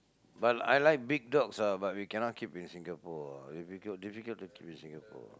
but I like big dogs ah but we cannot keep in Singapore ah we got difficult to keep in Singapore ah